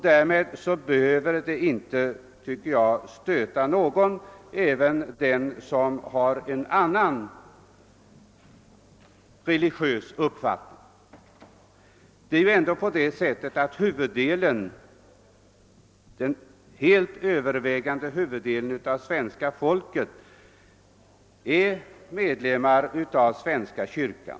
Därmed behöver inte någon som har en annan religiös uppfattning ta anstöt. Den helt övervägande delen av svenska folket är dock medlem av svenska kyrkan.